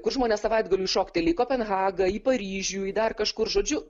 kur žmonės savaitgaliui šokteli į kopenhagą į paryžių dar kažkur žodžiu